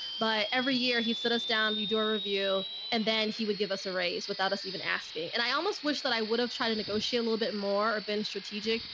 but every year he set us down. do you do a review? and then he would give us a raise without us even asking. and i almost wish that i would have tried to negotiate a little bit more or been strategic,